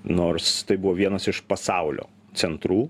nors tai buvo vienas iš pasaulio centrų